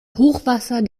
hochwasser